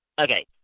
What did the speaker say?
Okay